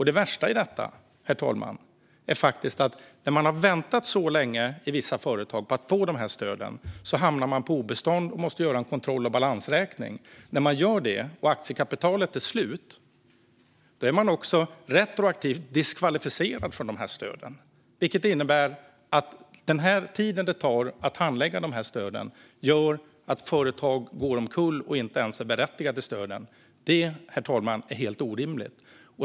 Det värsta i detta, herr talman, är att när man i vissa företag har väntat så länge på att få stöden hamnar man på obestånd och måste göra en kontrollbalansräkning. När man gör det, och aktiekapitalet är slut, är man också retroaktivt diskvalificerad från stöden, vilket innebär att den tid det tar att handlägga stöden gör att företag går omkull och inte ens är berättigade till stöden. Det, herr talman, är helt orimligt.